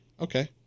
Okay